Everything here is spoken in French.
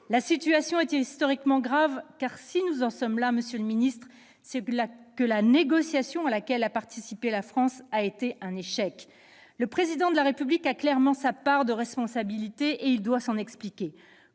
La situation est historiquement grave ; si nous en sommes là, monsieur le ministre, c'est que la négociation à laquelle a participé la France a été un échec. Le Président de la République a clairement sa part de responsabilité dans cet échec-